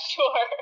sure